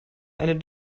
ein